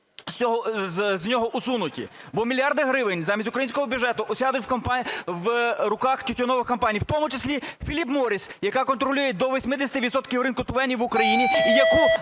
з нього усунуті, бо мільярди гривень замість українського бюджету осядуть в руках тютюнових компаній, в тому числі Філіп Морріс, яка контролює до 80 відсотків ринку ТВЕНів в Україні